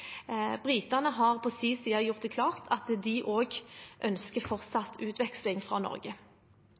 Britene har på sin side gjort det klart at de også ønsker fortsatt utveksling fra Norge.